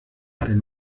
wenn